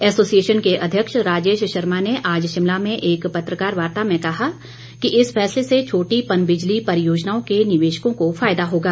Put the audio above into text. association के अध्यक्ष राजेश शर्मा ने आज शिमला में एक पत्रकार वार्ता में कहा कि इस फैसले से छोटी पनबिजली परियोजनाओं के निवेशकों को फायदा होगा